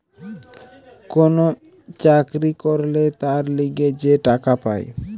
কোন চাকরি করলে তার লিগে যে টাকা পায়